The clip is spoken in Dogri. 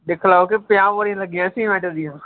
दिक्खी लैओ की पंजाह् बोरी लग्गी जानियां सीमेंट दियां